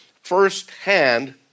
firsthand